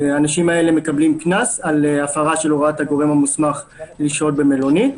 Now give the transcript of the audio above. האנשים האלה מקבלים קנס על הפרה של הוראת הגורם המוסמך לשהות במלונית.